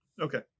okay